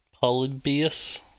Polybius